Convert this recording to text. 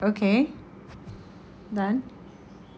okay done